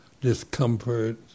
discomfort